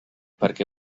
perquè